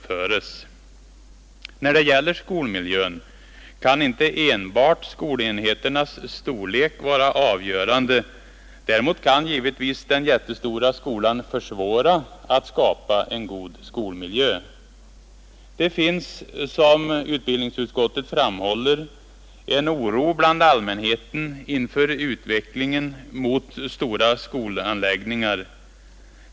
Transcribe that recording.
För skolmiljön kan inte skolenheternas storlek vara det enda avgörande, Däremot kan givetvis den jättestora skolan försvåra möjligheterna att skapa en god skolmiljö. Det finns, som utbildningsutskottet framhåller, en oro bland allmänheten inför utvecklingen mot stora skolanläggningar.